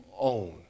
own